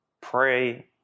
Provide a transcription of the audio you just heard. Pray